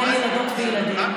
בין ילדות וילדים?